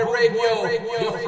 Radio